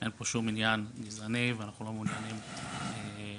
אין פה שום עניין גזעני ואנחנו לא מעוניינים לפגוע,